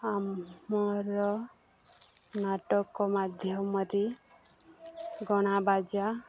ଆମର ନାଟକ ମାଧ୍ୟମରେ ଗଣ୍ଡ଼ା ବାଜା